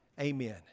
Amen